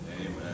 Amen